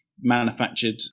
manufactured